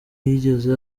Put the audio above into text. yigeze